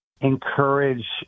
encourage